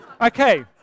Okay